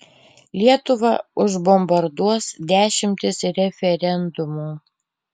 lietuvą užbombarduos dešimtys referendumų